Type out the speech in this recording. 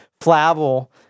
Flavel